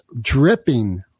dripping